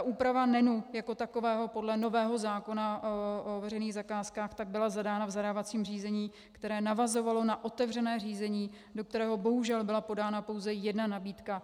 Úprava NENu jako takového podle nového zákona o veřejných zakázkách byla zadána v zadávacím řízení, které navazovalo na otevřené řízení, do kterého bohužel byla podána pouze jedna nabídka.